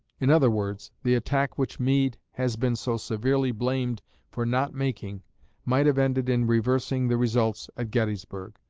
in other words the attack which meade has been so severely blamed for not making might have ended in reversing the results at gettysburg,